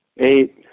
Eight